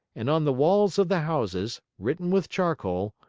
and on the walls of the houses, written with charcoal,